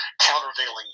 countervailing